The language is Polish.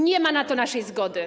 Nie ma na to naszej zgody.